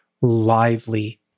lively